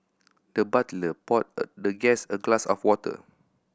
the butler poured the guest a glass of water